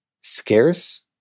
Scarce